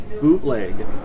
bootleg